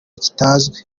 kitazwi